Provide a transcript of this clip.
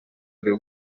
urebe